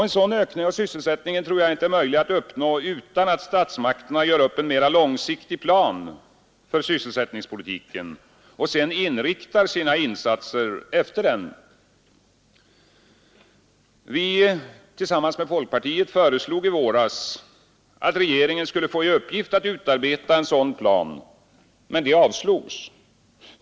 En sådan ökning av sysselsättningen tror jag inte är möjlig att uppnå utan att statsmakterna gör upp en mera långsiktig plan för sysselsättningspolitiken och sedan inriktar sina insatser efter den. Vi föreslog tillsammans med folkpartiet i våras att regeringen skulle få i uppgift att utarbeta en sådan plan, men det avslogs.